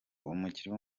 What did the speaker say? umukinnyi